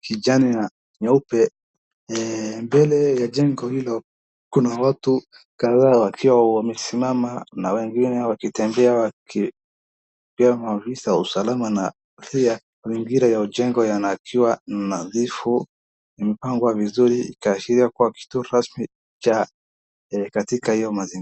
kijani na nyeupe. Mbele ya jengo hilo, kuna watu kadhaa wakiwa wamesimama na wengine wakitembea, na pia maafisa wa usalama, na pia mazingiza ya jengo yanakuwa nadhifu, yamepangwa vizuri, kuashiria kuwa kituo rasmi katika hyo mazingira.